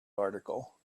article